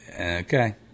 Okay